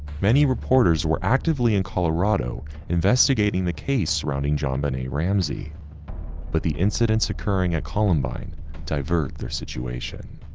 many reporters were actively in colorado investigating the case surrounding jonbenet ramsey but the incidents occurring at columbine divert their situation.